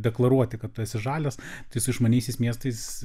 deklaruoti kad tu esi žalias tai su išmaniaisiais miestais